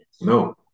No